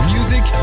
Music